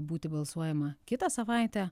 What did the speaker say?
būti balsuojama kitą savaitę